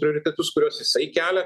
prioritetus kuriuos jisai kelia